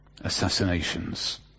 assassinations